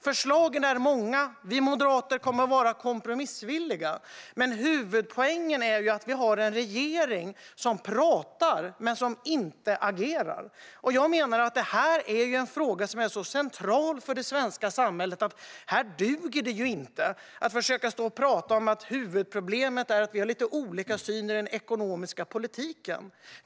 Förslagen är många. Vi moderater kommer att vara kompromissvilliga, men huvudpoängen är att vi har en regering som pratar men inte agerar. Jag menar att detta är en fråga som är så central för det svenska samhället att det inte duger att försöka stå och prata om att huvudproblemet är att vi har lite olika syn i den ekonomiska politiken.